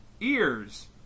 ears